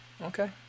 okay